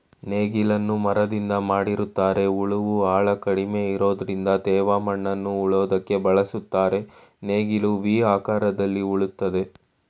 ನೇಗಿಲನ್ನು ಮರದಿಂದ ಮಾಡಿರ್ತರೆ ಉಳುವ ಆಳ ಕಡಿಮೆ ಇರೋದ್ರಿಂದ ತೇವ ಮಣ್ಣನ್ನು ಉಳೋದಕ್ಕೆ ಬಳುಸ್ತರೆ ನೇಗಿಲು ವಿ ಆಕಾರದಲ್ಲಿ ಉಳ್ತದೆ